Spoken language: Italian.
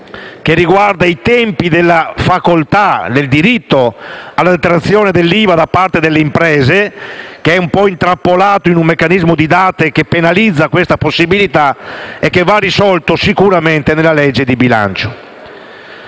questione dei tempi del diritto alla detrazione dell'IVA da parte delle imprese, parzialmente intrappolato in un meccanismo di date che penalizza questa possibilità e che va risolto sicuramente nella legge di bilancio.